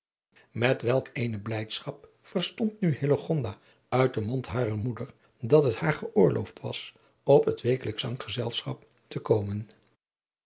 met welk eene blijdschap verstond nu hillegonda uit den mond harer moeder dat het haar geoorloofd was op het wekelijksch zanggezelschap te komen